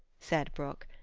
said brock.